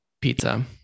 pizza